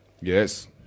Yes